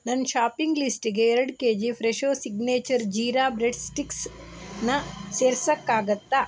ನನ್ನ ಶಾಪಿಂಗ್ ಲಿಸ್ಟಿಗೆ ಎರಡು KG Fresho signature jeera bread sticks ನ ಸೇರ್ಸೋಕ್ಕಾಗತ್ತಾ